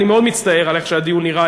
אני מאוד מצטער על איך שהדיון נראה,